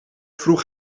vroeg